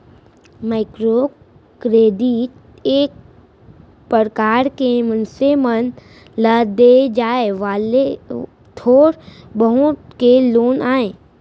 micro credit एक परकार के मनसे मन ल देय जाय वाले थोर बहुत के लोन आय